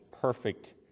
perfect